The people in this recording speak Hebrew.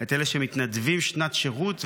את אלה שמתנדבים שנת שירות,